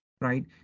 right